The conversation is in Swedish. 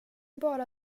bara